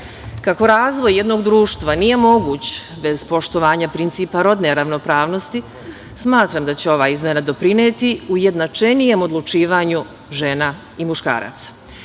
žene. Kako razvoj jednog društva nije moguć bez poštovanja principa rodne ravnopravnosti, smatram da će ova izmena doprineti ujednačenijem odlučivanju žena i muškaraca.